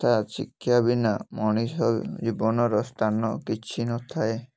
ଅର୍ଥାତ୍ ଶିକ୍ଷା ବିନା ମଣିଷ ଜୀବନର ସ୍ଥାନ କିଛି ନଥାଏ